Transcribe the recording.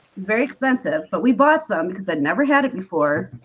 very expensive, but we bought some because i've never had it before